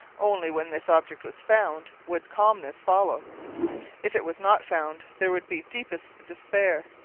only when this object was found would calmness follow if it was not found, there would be deepest despair.